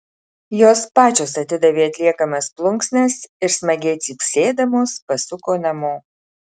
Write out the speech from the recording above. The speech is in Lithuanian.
jos pačios atidavė atliekamas plunksnas ir smagiai cypsėdamos pasuko namo